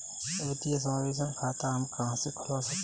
वित्तीय समावेशन खाता हम कहां से खुलवा सकते हैं?